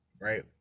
right